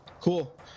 Cool